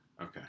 Okay